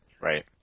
Right